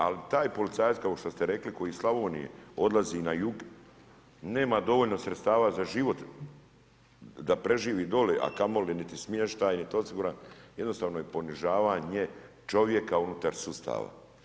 Ali taj policajac kao što ste rekli koji iz Slavonije odlazi na jug nema dovoljno sredstava za život da preživi dole, a kamoli niti smještaj osiguran jednostavno je ponižavanje čovjeka unutar sustava.